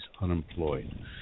unemployed